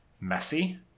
messy